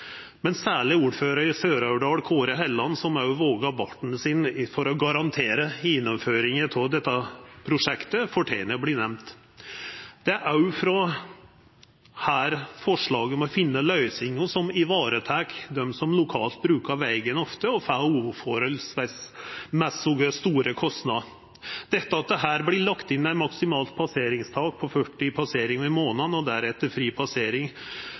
men særleg ordførar i Sør-Aurdal, Kåre Helland, som også våga barten sin for å garantera for gjennomføringa av prosjektet, fortener å verta nemnd. Det er òg herifrå forslaget kjem om å finna løysingar som varetek dei som lokalt brukar vegen ofte og får uforholdsmessig store kostnader. Det at det her vert lagt inn eit maksimalt passeringstak på 40 passeringar i månaden og deretter fri passering,